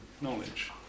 knowledge